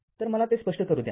तर मला ते स्पष्ट करू द्या